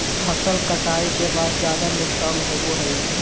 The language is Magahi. फसल कटाई के बाद ज्यादा नुकसान होबो हइ